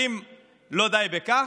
ואם לא די בכך,